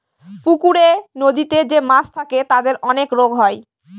পুকুরে, নদীতে যে মাছ থাকে তাদের অনেক রোগ হয়